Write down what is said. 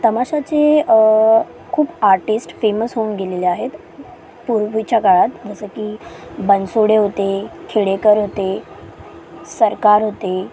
तमाशाचे खूप artist famous होऊन गेलेले आहेत पूर्वीच्या काळात जसं की बनसोडे होते खेडेकर होते सरकार होते